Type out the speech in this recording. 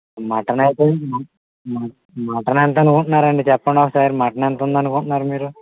mutton అయితే మ mutton ఎంత అనుకుంటున్నారు చెప్పండి ఒకసారి మటన్ ఎంత ఉందని అనుకుంటున్నారు మీరు